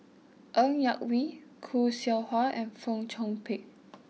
Ng Yak Whee Khoo Seow Hwa and Fong Chong Pik